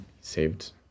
saved